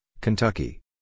Kentucky